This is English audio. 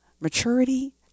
Maturity